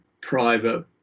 private